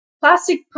Plastic